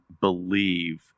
believe